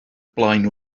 blaen